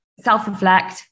self-reflect